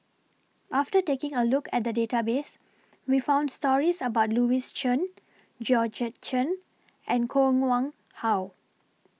after taking A Look At The Database We found stories about Louis Chen Georgette Chen and Koh Nguang How